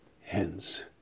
Hence